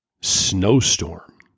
snowstorm